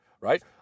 right